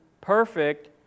perfect